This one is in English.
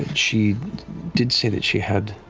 and she did say that she had